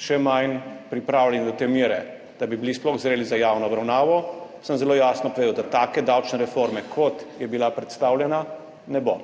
še manj pripravljeni do te mere, da bi bili sploh zreli za javno obravnavo, sem zelo jasno povedal, da take davčne reforme, kot je bila predstavljena, ne bo.